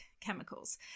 chemicals